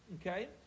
okay